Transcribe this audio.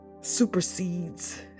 supersedes